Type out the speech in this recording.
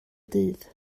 dydd